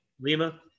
Lima